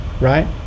Right